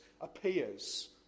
appears